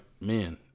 men